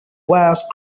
worst